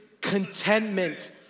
contentment